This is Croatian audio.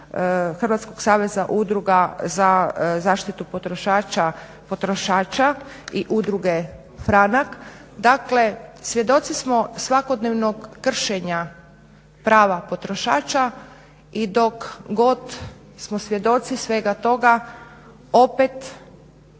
Hrvatskog saveza udruga za zaštitu potrošača i Udruge "Franak", dakle svjedoci smo svakodnevnog kršenja prava potrošača i dok god smo svjedoci svega toga opet